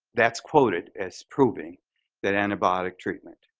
that's quoted as proving that antibiotic treatment.